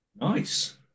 Nice